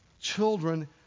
Children